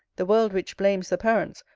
the world which blames the parents,